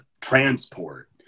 transport